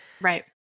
Right